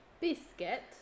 biscuit